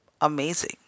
Amazing